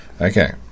Okay